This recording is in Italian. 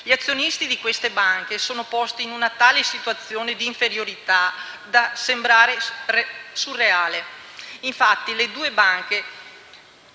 Gli azionisti di queste banche sono posti in una tale situazione di inferiorità da sembrare surreale. Infatti le due banche